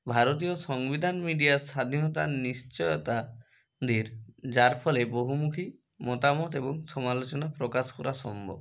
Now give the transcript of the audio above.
ভারতীয় সংবিধান মিডিয়ার স্বাধীনতার নিশ্চয়তা ঢেড় যার ফলে বহুমুখী মতামত এবং সমালোচনা প্রকাশ করা সম্ভব